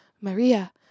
Maria